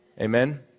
Amen